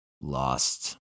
lost